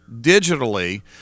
digitally